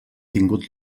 tingut